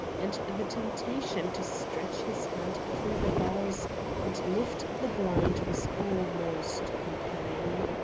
and the temptation to stretch his hand through the bars and lift the blind was almost compelling.